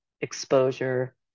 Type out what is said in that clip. exposure